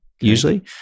usually